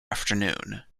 afternoon